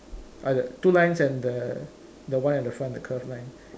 either two lines and the the one at the front the curved line